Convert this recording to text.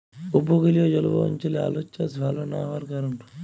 উপকূলীয় জলবায়ু অঞ্চলে আলুর চাষ ভাল না হওয়ার কারণ?